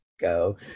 go